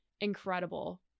incredible